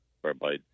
whereby